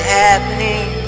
happening